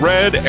Red